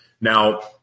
Now